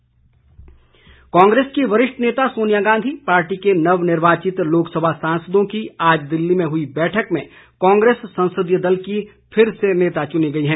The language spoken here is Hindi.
कांग्रेस बैठक कांग्रेस की वरिष्ठ नेता सोनिया गांधी पार्टी के नवनिर्वाचित लोकसभा सांसदों की आज दिल्ली में हुई बैठक में कांग्रेस संसदीय दल की फिर से नेता चुनी गई हैं